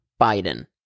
Biden